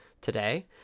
today